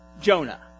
Jonah